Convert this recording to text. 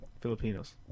Filipinos